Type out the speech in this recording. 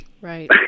Right